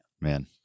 man